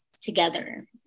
together